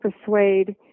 persuade